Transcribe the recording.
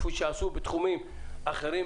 כפי שעשו בתחומים אחרים,